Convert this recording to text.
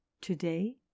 today